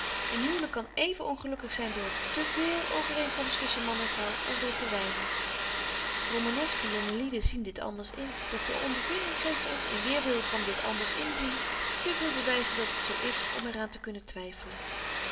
een huwlyk kan even ongelukkig zyn door te véél overeenkomst tusschen man en vrouw als door te weinig romanesque jonge lieden zien dit anders in doch de ondervinding geeft ons in weêrwil van dit anbetje wolff en aagje deken historie van mejuffrouw sara burgerhart ders inzien te veel bewyzen dat het zo is om er aan te kunnen twyffelen